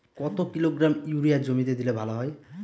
কত kilogram urea জমিতে দিলে ভালো হয়?